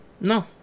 No